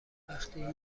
وقتی